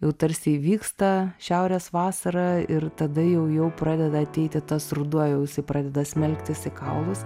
jau tarsi įvyksta šiaurės vasara ir tada jau jau pradeda ateiti tas ruduo jau jisai pradeda smelktis į kaulus